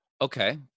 Okay